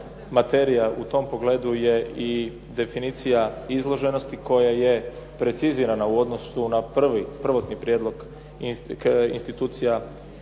materija u tom pogledu je i definicija izloženosti koja je precizirana u odnosu na prvotni prijedlog institucija,